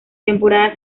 temporada